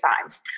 times